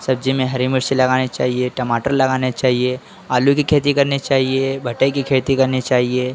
सब्जी में हरी मिर्ची लगानी चाहिए टमाटर लगाने चाहिए आलू की खेती करनी चाहिए भटई की खेती करनी चाहिए